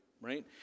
right